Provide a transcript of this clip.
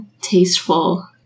tasteful